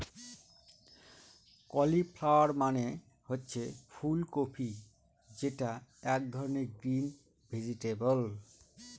cauliflower মানে হচ্ছে ফুল কপি যেটা এক ধরনের গ্রিন ভেজিটেবল